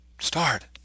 start